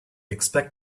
expect